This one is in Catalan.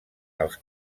als